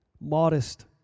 modest